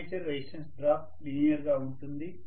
armature resistance drop linear గా ఉంటుంది